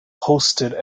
hosted